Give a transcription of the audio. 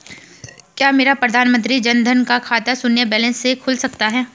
क्या मेरा प्रधानमंत्री जन धन का खाता शून्य बैलेंस से खुल सकता है?